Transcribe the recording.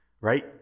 right